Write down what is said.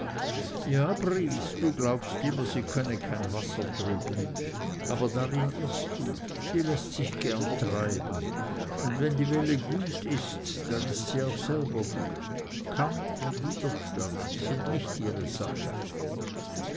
ja briest du glaubst immer sie könne kein wasser trüben aber darin irrst du sie läßt sich gern treiben und wenn die welle gut ist dann ist sie auch selber gut kampf und widerstand sind nicht ihre sache